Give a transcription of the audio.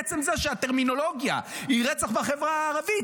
עצם זה שהטרמינולוגיה היא רצח בחברה הערבית,